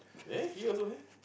there here also have